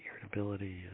irritability